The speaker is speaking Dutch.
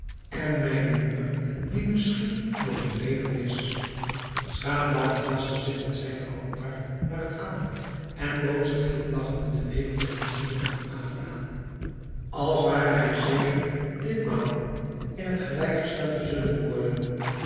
en mijne moeder die misschien nog in leven is schaban haastte zich met zijne roomtaart naar het kamp en bood ze glimlagchende de weduwe van noureddin ali aan als ware hij zeker ditmaal in het gelijk gesteld te zullen werden